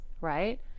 Right